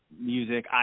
Music